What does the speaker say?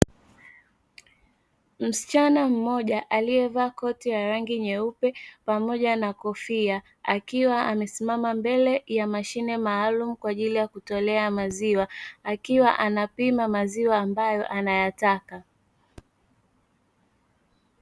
Msichana mmoja aliyevaa koti ya rangi nyeupe pamoja na kofia, akiwa amesimama mbele ya mashine maalumu kwa ajili ya kutolea maziwa akiwa anapima maziwa ambayo anayataka.